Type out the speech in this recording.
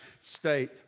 state